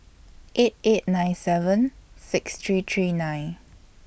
eight eight nine seven six three three nine